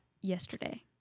yesterday